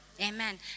Amen